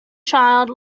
child